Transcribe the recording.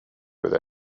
with